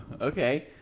Okay